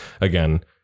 again